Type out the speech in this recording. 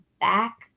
back